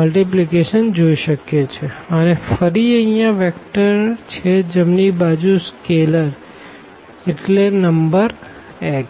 multiplication જોઈ શકીએ છે અને ફરી અહિયાં વેક્ટર છે જમણી બાજુ સ્કેલર એટલે નંબર x